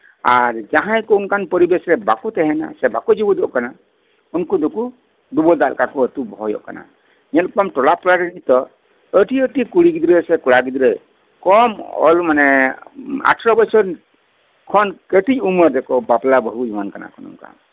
ᱟᱨ ᱡᱟᱦᱟᱸᱭ ᱠᱚ ᱚᱱᱠᱟᱱ ᱯᱚᱨᱤᱵᱮᱥ ᱨᱮ ᱵᱟᱠᱚ ᱛᱟᱦᱮᱱᱟ ᱥᱮ ᱵᱟᱠᱚ ᱡᱤᱣᱭᱮᱫᱚᱜ ᱠᱟᱱᱟ ᱩᱱᱠᱩ ᱫᱚᱠᱚ ᱰᱩᱰᱟᱹ ᱫᱟᱜ ᱞᱮᱠᱟ ᱠᱚ ᱟᱹᱛᱩ ᱵᱚᱦᱮᱞᱚᱜ ᱠᱟᱱᱟ ᱧᱮᱞ ᱠᱚᱣᱟᱢ ᱴᱚᱞᱟ ᱯᱟᱲᱟ ᱨᱮᱱ ᱱᱤᱛᱚᱜ ᱟᱹᱰᱤ ᱟᱹᱰᱤ ᱠᱩᱲᱤ ᱜᱤᱫᱽᱨᱟᱹ ᱥᱮ ᱠᱚᱲᱟ ᱜᱤᱫᱽᱨᱟᱹ ᱠᱚᱢ ᱚᱞ ᱢᱟᱱᱮ ᱟᱴᱷᱚᱨᱚ ᱵᱚᱪᱷᱚᱨ ᱠᱷᱚᱱ ᱠᱟᱹᱴᱤᱡ ᱩᱢᱮᱨ ᱨᱮᱠᱚ ᱵᱟᱯᱞᱟ ᱵᱟᱹᱦᱩ ᱡᱚᱝ ᱠᱟᱱᱟ ᱠᱚ ᱱᱚᱝᱠᱟ